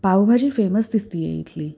pav bhaji famous दिसते आहे इथली